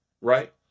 right